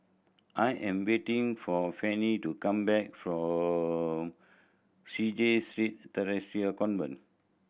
I am waiting for Fanny to come back from CHIJ Street Theresa Convent